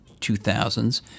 2000s